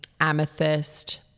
amethyst